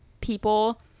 people